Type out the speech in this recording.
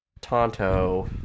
Tonto